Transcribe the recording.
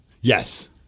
Yes